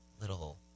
little